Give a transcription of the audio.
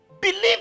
believe